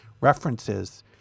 references